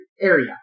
area